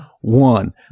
one